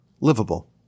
livable